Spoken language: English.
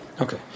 Okay